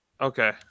Okay